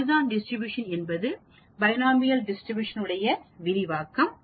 Poisson distribution என்பது binomial distribution உடைய விரிவாக்கம்